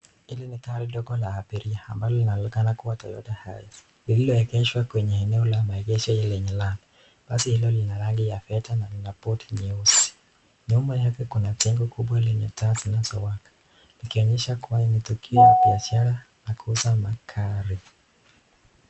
Hili ni gari dogo ya abiria ambalo linaonekanakuwa Toyota Hiace lililoegeshwa kwenye eneo la maegesho lenye lami. Basi hilo lina rangi ya fedha na lina bodi nyeusi. Nyuma yake kuna jengo kubwa lenye taa zinazowaka, likionyesha kuwa ni tukio la biashara la kuuza magari.